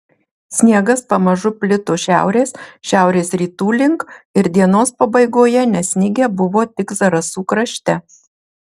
sniegas pamažu plito šiaurės šiaurės rytų link ir dienos pabaigoje nesnigę buvo tik zarasų krašte